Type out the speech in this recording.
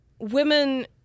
women